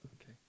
Okay